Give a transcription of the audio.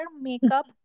makeup